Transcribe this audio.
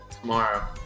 Tomorrow